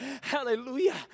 hallelujah